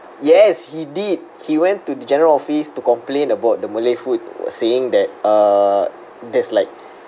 yes he did he went to the general office to complain about the malay food saying that uh there's like